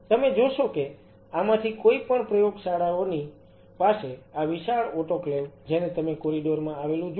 તમે જોશો કે આમાંથી કોઈ પણ પ્રયોગશાળાઓની પાસે આ વિશાળ ઓટોક્લેવ જેને તમે કોરિડોર માં આવેલું જુઓ છો